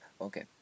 Okay